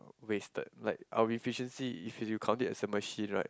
wasted like our efficiency if you count it as a machine right